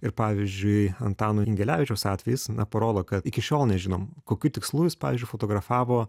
ir pavyzdžiui antano ingelevičiaus atvejis na parodo kad iki šiol nežinome kokiu tikslu jis pavyzdžiui fotografavo